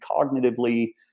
cognitively